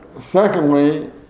Secondly